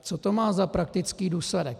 Co to má za praktický důsledek?